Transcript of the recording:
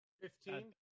Fifteen